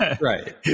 Right